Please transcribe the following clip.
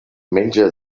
menja